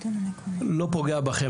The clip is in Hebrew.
לא פוגע בכם,